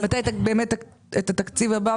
מתי תביאו את התקציב הבא?